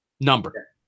number